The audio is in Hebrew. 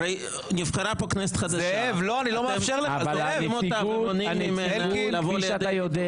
זאב, אנחנו רוצים גם לאפשר לשר,